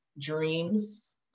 dreams